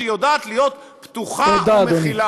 שהיא יודעת להיות פתוחה ומכילה,